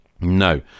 No